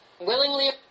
Willingly